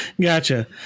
Gotcha